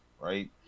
right